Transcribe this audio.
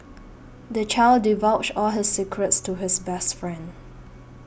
the child divulged all his secrets to his best friend